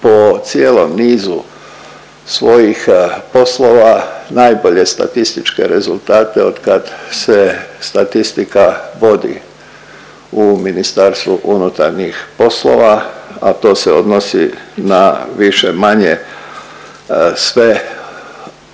po cijelom nizu svojih poslova najbolje statističke rezultate od kad se statistika vodi u MUP-u, a to se odnosi na više-manje sve one